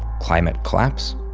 climate collapse